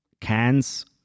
cans